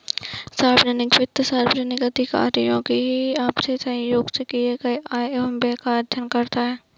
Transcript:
सार्वजनिक वित्त सार्वजनिक अधिकारियों की आपसी सहयोग से किए गये आय व व्यय का अध्ययन करता है